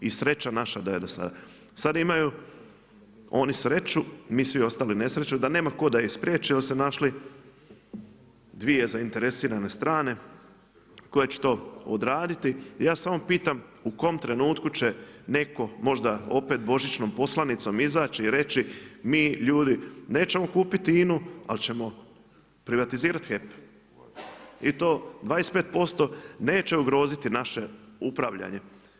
I sreća naša da je do sada, sad imaju oni sreću, mi svi ostali nesreću da nema tko da ih spriječi, onda su našli 2 zainteresirane strane, koje će to odraditi, ja samo pitam u kojem trenutku će netko, možda opet božićnom poslanicom izaći i reći, mi ljudi nećemo kupiti INA-u ali ćemo privatizirati HEP i to 25% neće ugroziti naše upravljanje.